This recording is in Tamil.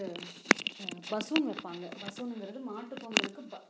பசுன் வைப்பாங்க பசுங்கிறது மாட்டு பொங்கலுக்கு